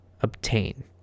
obtain